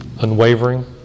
unwavering